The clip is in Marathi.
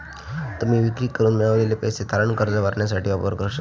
तुम्ही विक्री करून मिळवलेले पैसे तारण कर्ज भरण्यासाठी वापरू शकतास